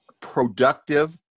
productive